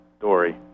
dory